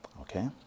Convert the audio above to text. okay